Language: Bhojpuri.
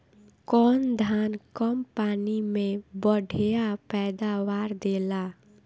कौन धान कम पानी में बढ़या पैदावार देला?